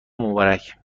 مبارک